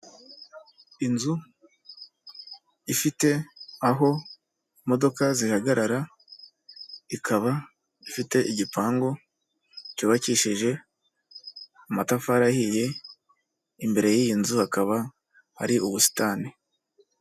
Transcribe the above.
Inzu ifite aho imodoka zihagarara, ikaba ifite igipangu cyubakishije amatafari ahiye, imbere y'iyi nzu hakaba hari ubusitani.